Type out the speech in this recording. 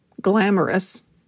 glamorous